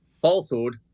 falsehood